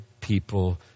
people